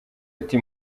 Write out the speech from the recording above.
ati